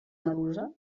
medusa